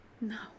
No